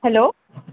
hello